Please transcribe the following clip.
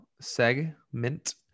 segment